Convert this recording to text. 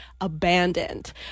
abandoned